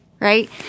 Right